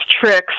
tricks